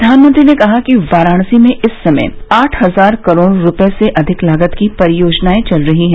प्रधानमंत्री ने कहा कि वाराणसी में इस समय आठ हजार करोड़ रुपये से अधिक लागत की परियोजनाएं चल रही हैं